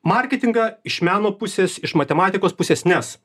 marketingą iš meno pusės iš matematikos pusės nes